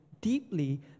deeply